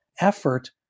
effort